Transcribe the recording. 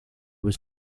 was